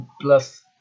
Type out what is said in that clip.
plus